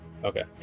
Okay